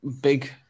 big